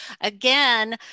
again